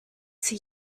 sie